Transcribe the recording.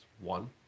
One